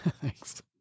Thanks